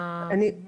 אם